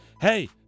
Hey